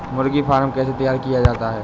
मुर्गी फार्म कैसे तैयार किया जाता है?